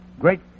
Great